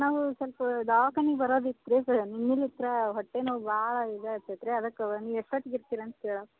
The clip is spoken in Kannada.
ನಾವು ಸ್ವಲ್ಪ ದವಾಖಾನಿಗೆ ಬರೋದು ಇತ್ತು ರೀ ನೆನ್ನೆಲಿತ್ರ ಹೊಟ್ಟೆ ನೋವು ಭಾಳ ಇದು ಆತತ್ ರೀ ಅದಕ್ಕೆ ನೀವು ಎಷ್ಟೊತ್ತಿಗೆ ಇರ್ತೀರಾ ಅಂತ ಕೇಳಕ